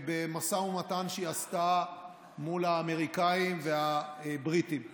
במשא ומתן שהיא עשתה מול האמריקנים והבריטים.